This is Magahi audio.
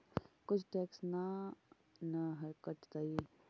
कुछ टैक्स ना न कटतइ?